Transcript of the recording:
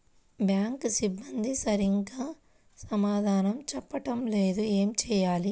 Bank సిబ్బంది సరిగ్గా సమాధానం చెప్పటం లేదు ఏం చెయ్యాలి?